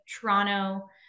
Toronto